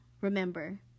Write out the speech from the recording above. remember